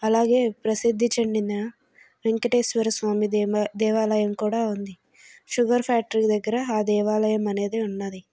అలాగే ప్రసిద్ధి చెందిన వెంకటేశ్వర స్వామి దేమ దేవాలయం కూడా ఉంది షుగర్ ఫ్యాక్టరీ దగ్గర ఆ దేవాలయం అనేది ఉన్నది